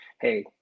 hey